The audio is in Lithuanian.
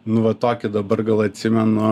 nu vat tokį dabar gal atsimenu